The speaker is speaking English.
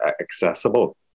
accessible